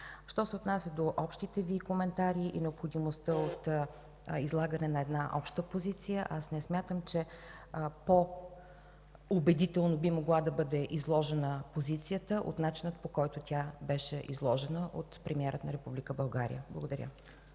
Що се отнася до общите Ви коментари и необходимостта от излагане на обща позиция, аз не смятам, че по-убедително би могла да бъде изложена позицията от начина, по който тя беше изложена от премиера на Република България. Благодаря.